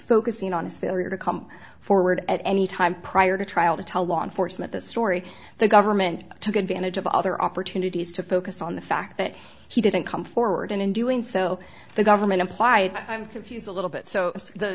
focusing on his failure to come forward at any time prior to trial to tell law enforcement the story the government took advantage of other opportunities to focus on the fact that he didn't come forward and in doing so the government implied i'm confused a little bit so